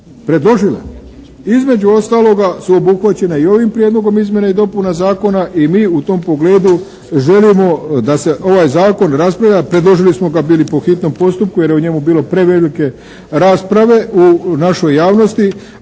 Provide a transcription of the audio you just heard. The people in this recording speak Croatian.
predložila između ostaloga su obuhvaćena i ovim Prijedlogom izmjena i dopuna zakona i mi u tom pogledu želimo da se ovaj zakon raspravlja. Predložili smo ga bili po hitnom postupku jer je u njemu bilo prevelike rasprave u našoj javnosti,